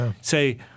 say